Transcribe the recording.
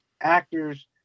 actors